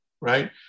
right